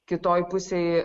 kitoj pusėj